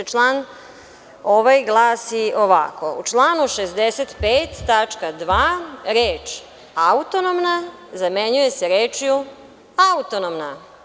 Ovaj član glasi ovako – U članu 65. tačka 2. reč „Autonomna“ zamenjuje se rečju „autonomna“